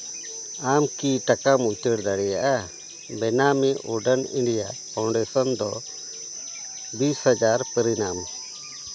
ᱟᱢ ᱠᱤ ᱴᱟᱠᱟᱢ ᱩᱪᱟᱹᱲ ᱫᱟᱲᱮᱭᱟᱜᱼᱟ ᱵᱮᱱᱟᱢᱤ ᱳᱰᱮᱱ ᱤᱱᱰᱤᱭᱟ ᱯᱷᱟᱣᱩᱱᱰᱮᱥᱚᱱ ᱫᱚ ᱵᱤᱥ ᱦᱟᱡᱟᱨ ᱯᱚᱨᱤᱢᱟᱱ